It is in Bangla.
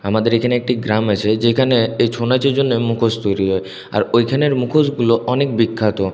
আমাদের এইখানে একটি গ্রাম আছে যেখানে এই ছৌ নাচের জন্যে মুখোশ তৈরি হয় আর ওইখানের মুখোশগুলো অনেক বিখ্যাত